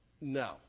No